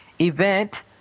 Event